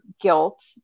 guilt